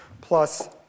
Plus